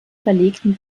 verlegten